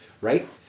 Right